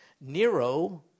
Nero